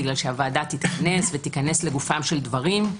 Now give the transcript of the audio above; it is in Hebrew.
כי הוועדה תיכנס לגופם של הדברים,